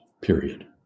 period